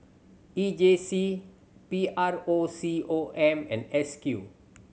E J C P R O C O M and S Q